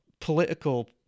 political